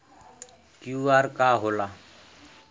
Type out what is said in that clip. QR का होला?